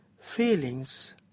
feelings